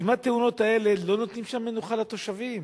הכמעט-תאונות האלה לא נותנות שם מנוחה לתושבים.